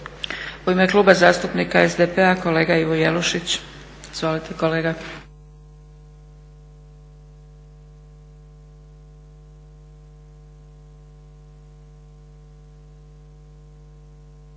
U ime Kluba zastupnika SDP-a kolega Ivo Jelušić. Izvolite kolega.